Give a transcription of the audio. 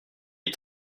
est